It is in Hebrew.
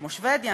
כמו שבדיה,